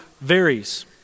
varies